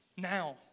Now